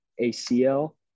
ACL